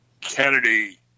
Kennedy